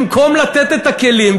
במקום לתת את הכלים,